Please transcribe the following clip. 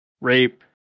rape